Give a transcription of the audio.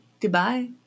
Goodbye